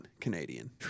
Canadian